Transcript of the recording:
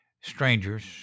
Strangers